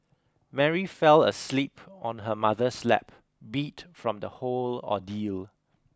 Mary fell asleep on her mother's lap beat from the whole ordeal